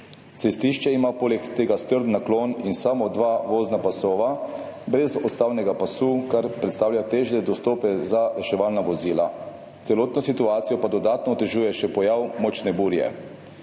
Cestišče ima poleg tega strm naklon in samo dva vozna pasova brez odstavnega pasu, kar predstavlja težje dostope za reševalna vozila, celotno situacijo pa dodatno otežuje še pojav močne burje.